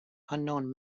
unknown